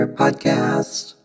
podcast